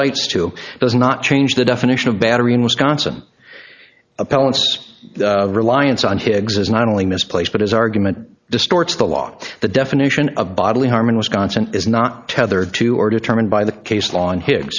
cites to does not change the definition of battery in wisconsin appellants reliance on higgs is not only misplaced but his argument distorts the law the definition of bodily harm in wisconsin is not tethered to or determined by the case law on hi